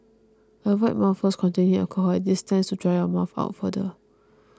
avoid mouthwash containing alcohol as this tends to dry your mouth out further